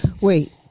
wait